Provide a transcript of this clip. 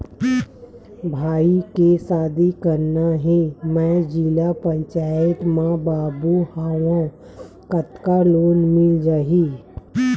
भाई के शादी करना हे मैं जिला पंचायत मा बाबू हाव कतका लोन मिल जाही?